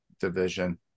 division